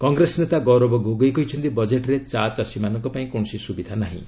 କଂଗ୍ରେସ ନେତା ଗୌରବ ଗୋଗୋଇ କହିଛନ୍ତି ବଜେଟ୍ରେ ଚା' ଚାଷୀମାନଙ୍କ ପାଇଁ କୌଣସି ସୁବିଧା ନାହିଁ